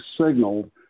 signaled